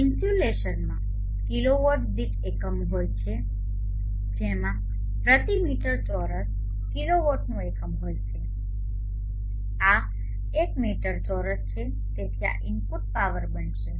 ઇન્સ્યુલેશનમાં kilowatt દીઠ એકમો હોય છે જેમાં પ્રતિ મીટર ચોરસ કિલોવોટનું એકમ હોય છે આ એક મીટર ચોરસ છે તેથી આ ઇનપુટ પાવર બનશે